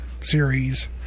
series